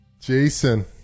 jason